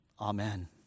Amen